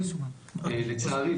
לצערי,